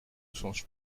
songe